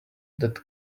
that